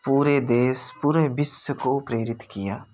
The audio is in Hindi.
पूरे देश पूरे विश्व को प्रेरित किया